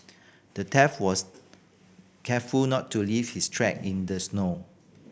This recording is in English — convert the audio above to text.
the thief was careful not to leave his track in the snow